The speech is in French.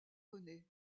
rené